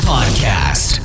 Podcast